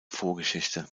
vorgeschichte